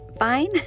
fine